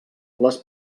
les